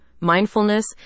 mindfulness